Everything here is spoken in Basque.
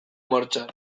martxan